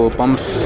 pumps